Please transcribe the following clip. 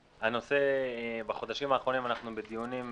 בחודשים האחרונים אנחנו בדיונים,